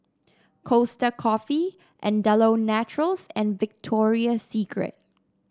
Costa Coffee Andalou Naturals and Victoria Secret